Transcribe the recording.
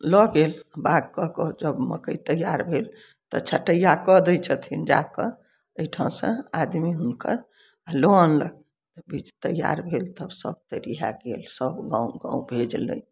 लअ गेल बाउग कए कऽ जब मकई तैयार भेल तऽ छटैया कऽ दै छथिन जाकऽ ओहिठामसँ आदमी हुनकर लऽ अनलक बीज तैयार भेल तऽ सब एरिया गेल सब गाँव गाँव भेजलनि